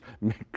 mix